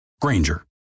Granger